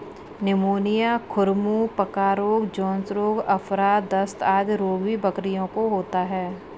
pneumonia, खुर मुँह पका रोग, जोन्स रोग, आफरा, दस्त आदि रोग भी बकरियों को होता है